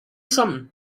something